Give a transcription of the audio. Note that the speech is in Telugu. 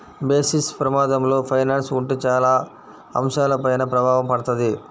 బేసిస్ ప్రమాదంలో ఫైనాన్స్ ఉంటే చాలా అంశాలపైన ప్రభావం పడతది